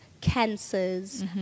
cancers